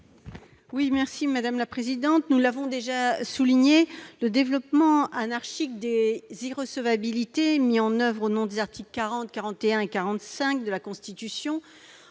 à Mme Laurence Cohen. Nous l'avons déjà souligné, le développement anarchique des irrecevabilités mises en oeuvre au nom des articles 40, 41 et 45 de la Constitution